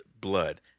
blood